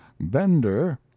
bender